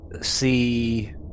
see